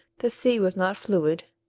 the sea was not fluid,